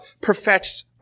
perfects